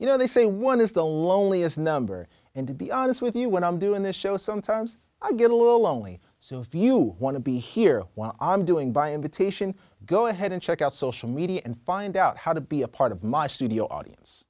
you know they say one is the loneliest number and to be honest with you when i'm doing this show sometimes i get a little lonely so if you want to be here while i'm doing by invitation go ahead and check out social media and find out how to be a part of my studio audience